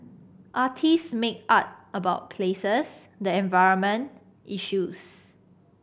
artists make art about places the environment issues